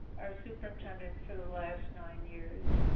our superintendent for the last nine years.